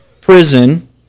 prison